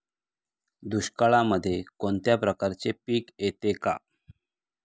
दुष्काळामध्ये कोणत्या प्रकारचे पीक येते का?